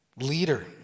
leader